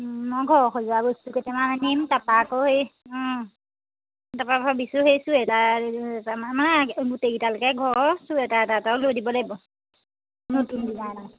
মই ঘৰ সজোৱা বস্তুকেইটামান আনিম তাৰপৰা আকৌ এই তাৰপৰা ভাবিছোঁ সেই চুৱেটাৰ দুটামান মানে গোটেইকেইটালেকে ঘৰৰ চুৱেটাৰ এটা এটাও লৈ দিব লাগিব নতুন কিবা এটা